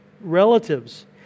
relatives